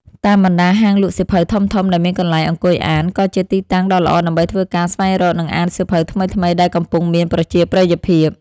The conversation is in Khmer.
តាមបណ្ដាហាងលក់សៀវភៅធំៗដែលមានកន្លែងអង្គុយអាន ក៏ជាទីតាំងដ៏ល្អដើម្បីធ្វើការស្វែងរក និងអានសៀវភៅថ្មីៗដែលកំពុងមានប្រជាប្រិយភាព។